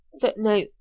footnote